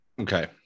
okay